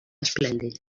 esplèndid